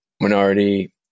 minority